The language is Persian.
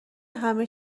همه